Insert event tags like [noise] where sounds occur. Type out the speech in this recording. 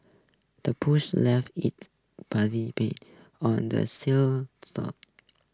the push left its [unintelligible] prints on the sell shore